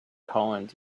coins